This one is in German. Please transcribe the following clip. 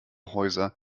häuser